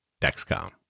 Dexcom